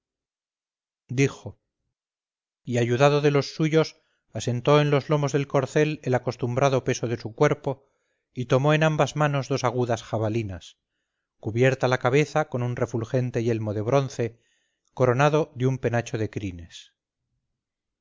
dijo y ayudado de los suyos asentó en los lomos del corcel el acostumbrado peso de su cuerpo y tomó en ambas manos dos agudas jabalinas cubierta la cabeza con un refulgente yelmo de bronce coronado de un penacho de crines